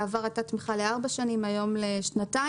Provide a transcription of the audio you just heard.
בעבר הייתה תמיכה לארבע שנים והיום לשנתיים,